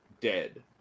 dead